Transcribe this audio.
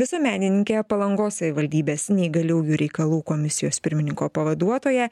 visuomenininkę palangos savivaldybės neįgaliųjų reikalų komisijos pirmininko pavaduotoją